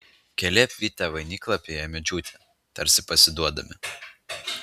keli apvytę vainiklapiai ėmė džiūti tarsi pasiduodami